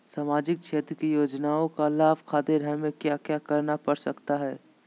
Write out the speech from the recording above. सामाजिक क्षेत्र की योजनाओं का लाभ खातिर हमें क्या क्या करना पड़ सकता है?